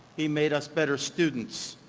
he made us better students.